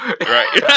Right